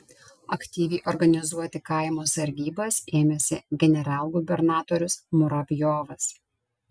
aktyviai organizuoti kaimo sargybas ėmėsi generalgubernatorius muravjovas